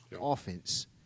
offense